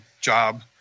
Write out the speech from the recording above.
job